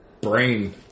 Brain